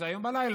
שזה היום בלילה,